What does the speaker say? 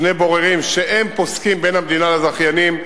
שני בוררים שהם פוסקים בין המדינה לזכיינים.